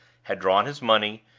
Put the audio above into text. had drawn his money,